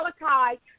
Malachi